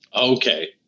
Okay